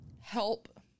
help